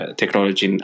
technology